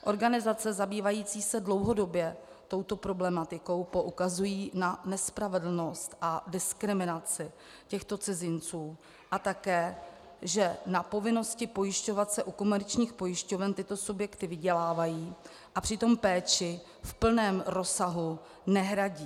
Organizace zabývající se dlouhodobě touto problematikou poukazují na nespravedlnost a diskriminaci těchto cizinců a také na to, že na povinnosti pojišťovat se u komerčních pojišťoven tyto subjekty vydělávají, a přitom péči v plném rozsahu nehradí.